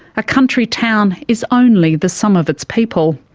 a country town is only the sum of its people.